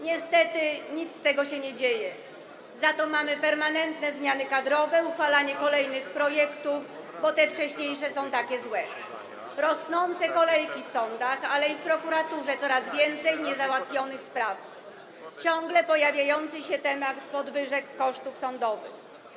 Niestety nic z tego się nie dzieje, za to mamy permanentne zmiany kadrowe, uchwalanie kolejnych projektów, bo te wcześniejsze są takie złe, rosnące kolejki w sądach, ale i w prokuraturze coraz więcej niezałatwionych spraw, ciągle pojawiający się temat podwyżek kosztów sądowych.